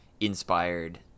inspired